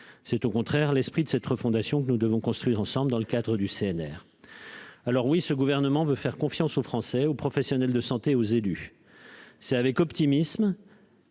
C'est au contraire l'esprit de cette refondation que nous devons réussir ensemble dans le cadre du Conseil national de la refondation. Oui, le Gouvernement veut faire confiance aux Français, aux professionnels de santé et aux élus. C'est avec optimisme,